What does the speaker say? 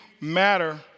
matter